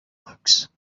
books